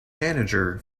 manager